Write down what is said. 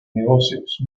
negocios